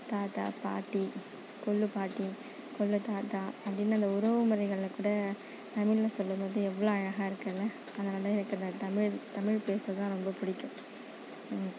தாத்தா பாட்டி கொள்ளுப்பாட்டி கொள்ளுத்தாத்தா அப்படின்னு அந்த உறவு முறைகளை கூட தமிழில் சொல்லும் போது எவ்வளோ அழகாயிருக்குல அதனால் எனக்கு அந்த தமிழ் தமிழ் பேசதான் ரொம்ப பிடிக்கும்